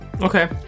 Okay